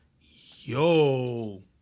yo